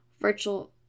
virtual